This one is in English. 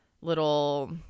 little